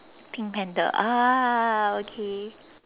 pink panther ah okay